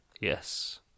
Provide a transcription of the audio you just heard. Yes